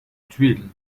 tuiles